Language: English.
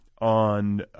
on